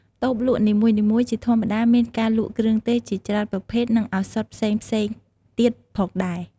តូបលក់នីមួយៗជាធម្មតាមានការលក់គ្រឿងទេសជាច្រើនប្រភេទ និងឱសថផ្សេងៗទៀតផងដែរ។